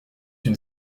une